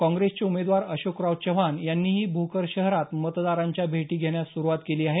काँग्रेसचे उमेदवार अशोकराव चव्हाण यांनीही भोकर शहरात मतदारांच्या भेटी घेण्यास सुरुवात केली आहेत